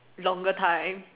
longer time